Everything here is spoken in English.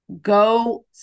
Go